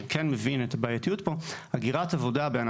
רואה את עבירות סחר בבני אדם כעבירות חמורות,